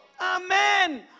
Amen